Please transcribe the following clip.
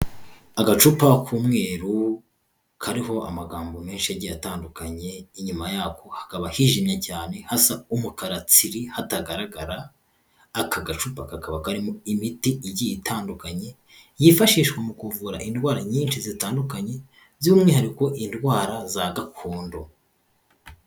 Agacupa k'umweru kariho amagambo menshi agiye atandukanye inyuma yako hakaba hijimye cyane hasa umukaratsiri hatagaragara, aka gacupa kakaba karimo imiti igiye itandukanye yifashishwa mu kuvura indwara nyinshi zitandukanye by'umwihariko indwara za gakondo.